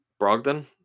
Brogdon